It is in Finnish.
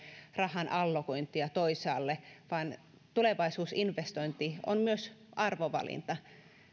rahan allokointia toisaalle vaan tulevaisuusinvestointi on myös arvovalinta